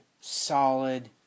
solid